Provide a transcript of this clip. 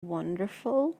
wonderful